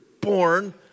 born